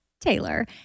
Taylor